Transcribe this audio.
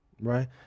right